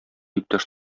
иптәш